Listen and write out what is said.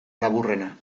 laburrena